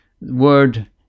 word